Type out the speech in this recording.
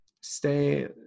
stay